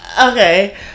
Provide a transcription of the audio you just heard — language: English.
Okay